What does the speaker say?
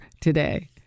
today